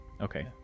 Okay